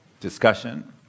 Discussion